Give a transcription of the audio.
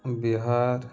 Bihar